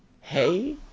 Hey